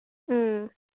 ꯎꯝ